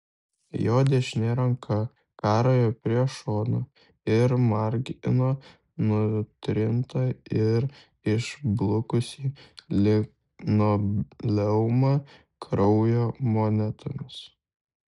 jo dešinė ranka karojo prie šono ir margino nutrintą ir išblukusį linoleumą kraujo monetomis